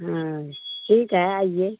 हाँ ठीक है आइए